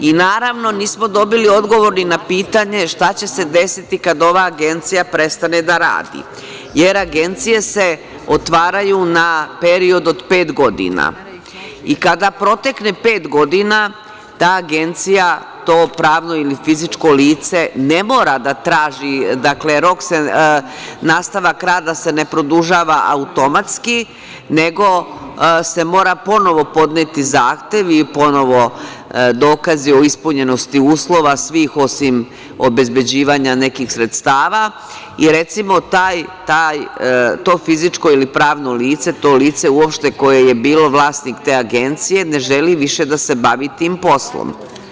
Naravno, nismo dobili odgovor ni na pitanje šta će se desiti kada ova agencija prestane da radi, jer se agencije otvaraju na period od pet godina i kada protekne pet godina ta agencija, to pravno ili fizičko lice ne mora da traži, dakle nastavak rada se ne produžava automatski nego se mora ponovo podneti zahtev i ponovo dokazi o ispunjenosti uslova svih osim obezbeđivanja nekih sredstava i recimo to fizičko ili pravno lice, to lice uopšte koje je bilo vlasnik te agencije ne želi više da se bavi tim poslom.